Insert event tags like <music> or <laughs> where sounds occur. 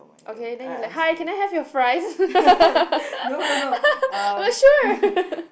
okay then you like hi can I have your fries <laughs> oh sure